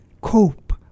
cope